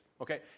Okay